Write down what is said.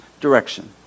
direction